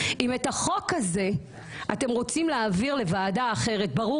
אם את החוק הזה אתם רוצים להעביר לוועדה אחרת ברור